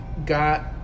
got